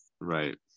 Right